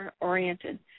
oriented